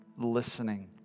listening